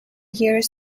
years